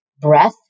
breath